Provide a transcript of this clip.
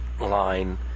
line